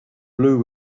blew